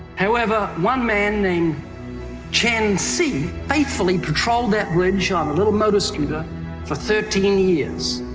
however, one man named chen si faithfully patrolled that bridge on a little motor scooter for thirteen years.